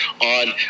on